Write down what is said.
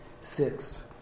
Six